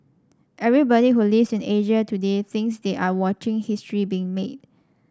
everybody who lives in Asia today thinks they are watching history being made